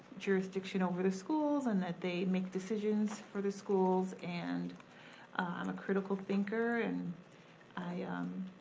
jurisdiction over the schools and that they make decisions for the schools. and i'm a critical thinker. and i